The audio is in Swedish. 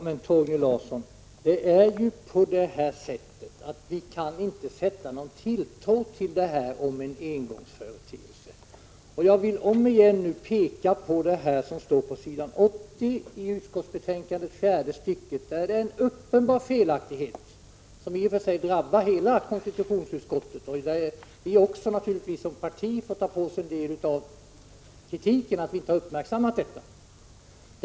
Herr talman! Vi kan inte, Torgny Larsson, sätta någon tilltro till talet om en engångsföreteelse. Låt mig än en gång peka på vad som står i fjärde stycket på s. 80 i utskottsbetänkandet. Det är en uppenbar felaktighet som i och för sig drabbar hela konstitutionsutskottet. Även vpk som parti får ta på sig en del av kritiken för att vi inte har uppmärksammat denna felaktighet.